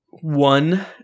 one